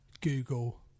Google